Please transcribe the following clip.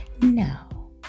No